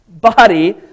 body